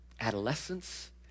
adolescence